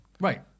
Right